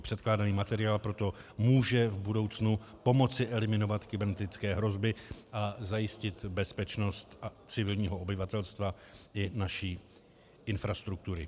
Předkládaný materiál proto může v budoucnu pomoci eliminovat kybernetické hrozby a zajistit bezpečnost civilního obyvatelstva i naší infrastruktury.